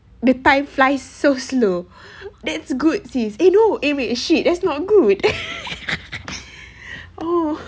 the time fly so slow that's good sis eh no eh wait shit that's not good oh